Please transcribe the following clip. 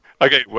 Okay